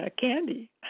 candy